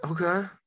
Okay